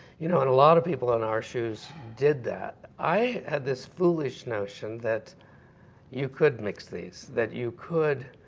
you know and a lot of people in our shoes did that. i had this foolish notion that you could mix these, that you could